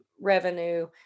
revenue